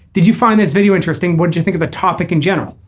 did you find this video interesting would you think of a topic in general.